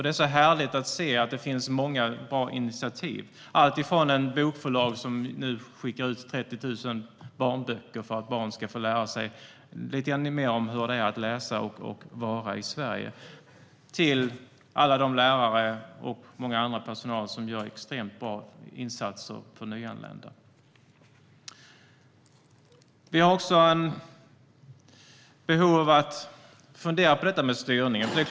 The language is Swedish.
Det är härligt att se att det finns många bra initiativ, alltifrån ett bokförlag som nu skickar ut 30 000 barnböcker för att barn ska få lära sig lite mer om hur det är att läsa och att vara i Sverige till alla lärare och annan personal gör extremt bra insatser för nyanlända. Vi har behov av att fundera på styrningen.